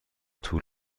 طول